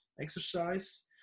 exercise